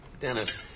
Dennis